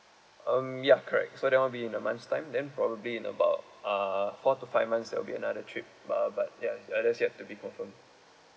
um ya correct so that [one] will be in a month's time then probably in about uh four to five months there'll be another trip uh but ya that's yet to be confirm